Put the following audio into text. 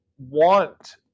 Want